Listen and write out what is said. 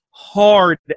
hard